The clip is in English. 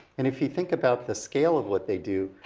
and if you think about the scale of what they do,